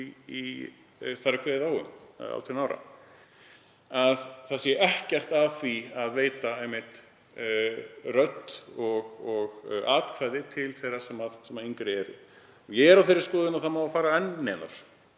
það er ekkert að því að veita einmitt rödd og atkvæði til þeirra sem yngri eru. Ég er á þeirri skoðun að fara megi